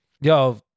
yo